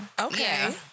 Okay